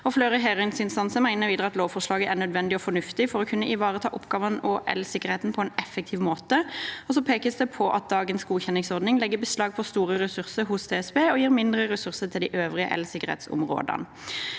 Flere høringsinstanser mener videre at lovforslaget er nødvendig og fornuftig for å kunne ivareta oppgavene og elsikkerheten på en effektiv måte. Så pekes det på at dagens godkjenningsordning legger beslag på store ressurser hos DSB og gir mindre ressurser til de øvrige el-sikkerhetsområdene.